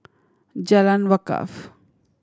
Jalan Wakaff